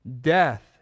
Death